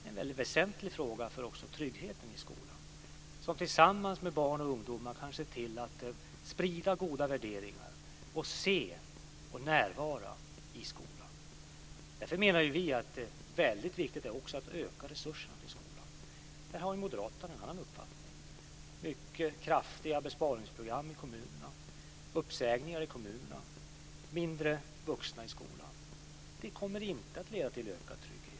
Det är en väsentlig fråga för tryggheten i skolan. De ska tillsammans med barn och ungdomar se till att sprida goda värderingar och se och närvara i skolan. Därför menar vi att det är viktigt att öka resurserna till skolan. Där har Moderaterna en annan uppfattning. Det har varit kraftiga besparingsprogram i kommunerna med uppsägningar och färre vuxna i skolan. Det kommer inte att leda till ökad trygghet.